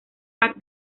pack